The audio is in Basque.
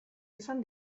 izan